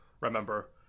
remember